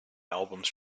albums